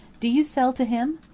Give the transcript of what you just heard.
do you sell to him?